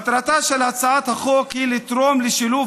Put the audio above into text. מטרתה של הצעת החוק היא לתרום לשילוב